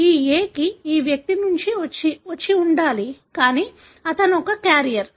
ఈ a ఈ వ్యక్తి నుండి వచ్చి ఉండాలి కానీ అతను ఒక క్యారియర్